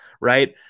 Right